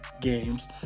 games